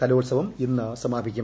കലോത്സവം ഇന്ന് സമാപിക്കും